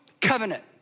covenant